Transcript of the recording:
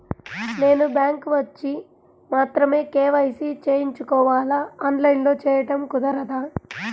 నేను బ్యాంక్ వచ్చి మాత్రమే కే.వై.సి చేయించుకోవాలా? ఆన్లైన్లో చేయటం కుదరదా?